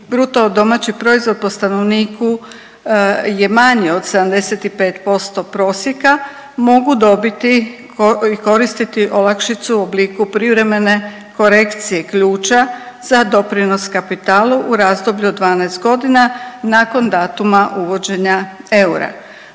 države članice čiji BDP po stanovniku je manji od 75% prosjeka mogu dobiti i koristiti olakšicu u obliku privremene korekcije ključa za doprinos kapitalu u razdoblju od 12 godina nakon datuma uvođenja eura.